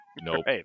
nope